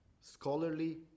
scholarly